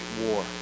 war